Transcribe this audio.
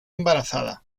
embarazada